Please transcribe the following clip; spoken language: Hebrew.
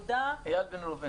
אייל בן ראובן.